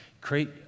create